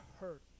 hurt